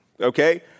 okay